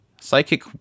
Psychic